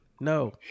no